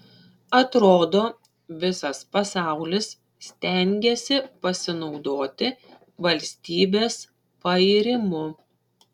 atrodo visas pasaulis stengiasi pasinaudoti valstybės pairimu